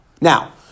Now